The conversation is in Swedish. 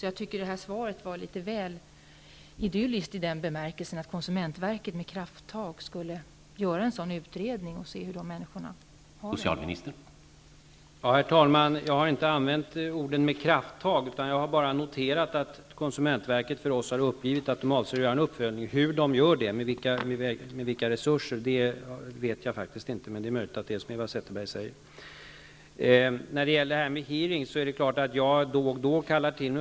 Jag tycker därför att svaret var litet väl ''idylliskt'': att konsumentverket med krafttag skulle göra en sådan här utredning och se hur människorna har det.